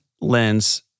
lens